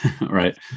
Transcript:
right